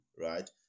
right